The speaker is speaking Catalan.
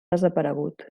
desaparegut